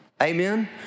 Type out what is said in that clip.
amen